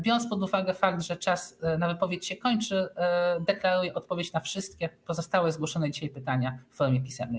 Biorąc pod uwagę fakt, że czas na wypowiedź się kończy, deklaruję odpowiedź na wszystkie pozostałe zgłoszone dzisiaj pytania w formie pisemnej.